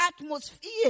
atmosphere